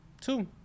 Two